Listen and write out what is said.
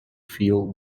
field